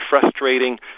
frustrating